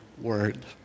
word